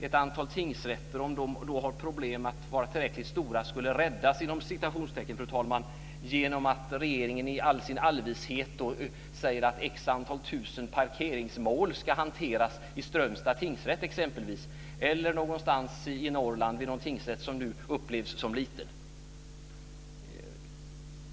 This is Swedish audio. Ett antal tingsrätter som har problemet att inte vara tillräckligt stora och skulle då kunna "räddas" genom att regeringen i sin allvishet säger att x tusen parkeringsmål ska hanteras exempelvis vid Strömstads tingsrätt eller vid någon tingsrätt i Norrland som nu upplevs som liten.